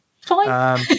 Fine